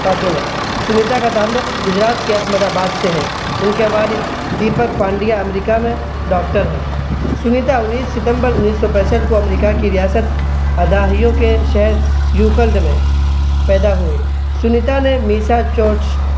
خاتون ہے سنیتا کا تعلق گجرات کے احمد آباد سے ہے ان کے والد دیپک پانڈیا امریکہ میں ڈاکٹر ہیں سنیتا انیس ستمبر انیس سو پینسٹھ کو امریکہ کی ریاست کے شہر میں پیدا ہوئی سنیتا نے